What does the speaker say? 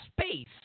space